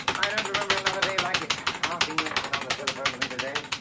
i don't remember another day like it. half england's been on the telephone to me today.